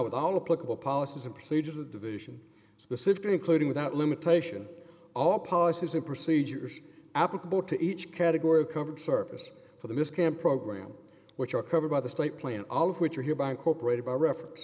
with all the political policies and procedures of division specifically including without limitation all policies and procedures applicable to each category of covered service for the mis camp program which are covered by the state plan all of which are hereby cooperated by reference